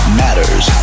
matters